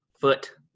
foot